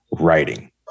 writing